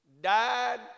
died